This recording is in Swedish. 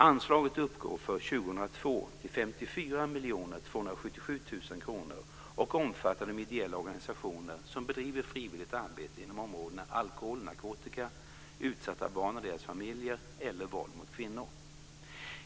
Anslaget uppgår för 2002 till 54 277 000 kr och omfattar de ideella organisationer som bedriver frivilligt arbete inom områdena alkohol och narkotika, utsatta barn och deras familjer eller våld mot kvinnor.